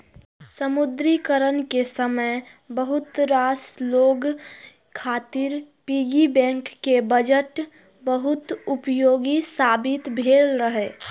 विमुद्रीकरण के समय बहुत रास लोग खातिर पिग्गी बैंक के बचत बहुत उपयोगी साबित भेल रहै